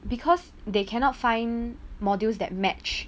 because they cannot find modules that match